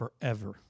forever